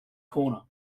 corner